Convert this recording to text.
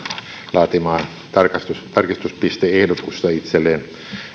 laatimaa tarkistuspiste tarkistuspiste ehdotusta itselleen